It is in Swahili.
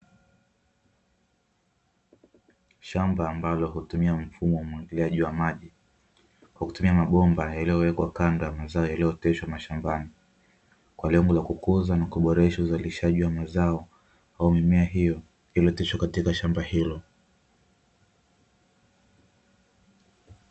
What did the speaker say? Shamba ambalo hutumia mfumo wa umwagiliaji wa maji kwa kutumia mabomba yaliyowekwa kando ya mazao yaliyooteshwa mashambani, kwa lengo la kukuza na kuboresha uzalishaji wa mazao au mimea hiyo iliyooteshwa katika shamba hilo.